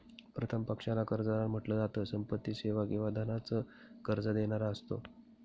प्रथम पक्षाला कर्जदार म्हंटल जात, संपत्ती, सेवा किंवा धनाच कर्ज देणारा असतो